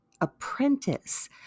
apprentice